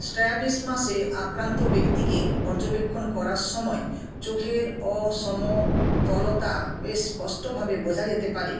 স্ট্র্যাবিসমাসে আক্রান্ত ব্যক্তিকে পর্যবেক্ষণ করার সময় চোখের অসমতলতা বেশ স্পষ্টভাবে বোঝা যেতে পারে